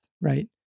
right